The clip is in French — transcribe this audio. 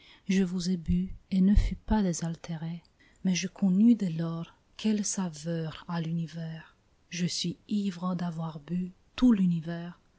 je vous ai bu et ne fus pas désaltéré mais je connus dès lors quelle saveur a l'univers je suis ivre d'avoir bu tout l'univers